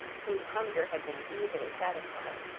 whose hunger had been easily satisfied,